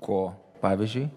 ko pavyzdžiui